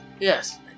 Yes